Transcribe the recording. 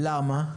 למה?